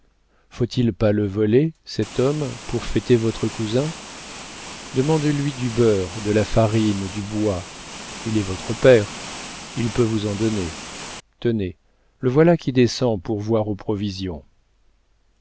faut-il pas le voler cet homme pour fêter votre cousin demandez-lui du beurre de la farine du bois il est votre père il peut vous en donner tenez le voilà qui descend pour voir aux provisions